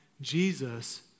Jesus